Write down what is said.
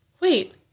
wait